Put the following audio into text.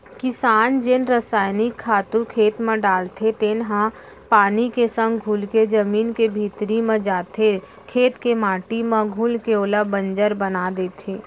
किसान जेन रसइनिक खातू खेत म डालथे तेन ह पानी के संग घुलके जमीन के भीतरी म जाथे, खेत के माटी म घुलके ओला बंजर बना देथे